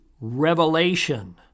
revelation